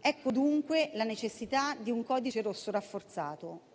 Ecco dunque la necessità di un codice rosso rafforzato.